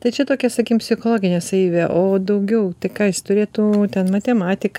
tai čia tokia sakykim psichologinė savybė o daugiau tai ką jis turėtų ten matematiką